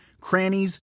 crannies